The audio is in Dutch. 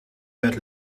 bed